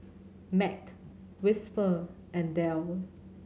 Mac Whisper and Dell